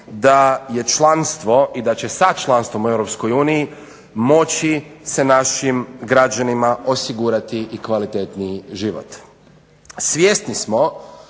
da je članstvo i da će sa članstvom u EU moći se našim građanima osigurati i kvalitetniji život. Svjesni smo